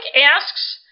asks